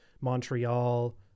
Montreal